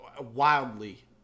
wildly